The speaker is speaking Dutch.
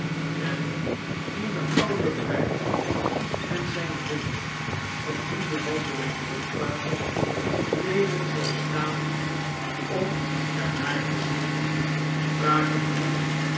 en toen de oude vrijer en zijn vriend van hunne wandeling terugkwamen bleven zij staan om er naar te zien spraken toen